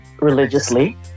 religiously